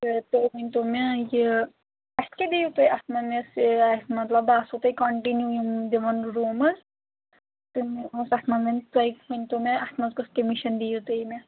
تہٕ تُہۍ ؤنۍ تو مےٚ یہِ اَسہِ کیٛاہ دِیِو تُہۍ اَتھ منٛز یۄس مطلب بہٕ آسو تۄہہِ کَنٹِنیوٗ یِم دِوَان روٗمٕز تہٕ اوس اَتھ منٛز ؤنِتھ تُہۍ ؤنۍ تو مےٚ اَتھ منٛز کۄس کیٚمِشَن دِیِو تُہۍ مےٚ